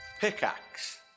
Pickaxe